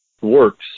works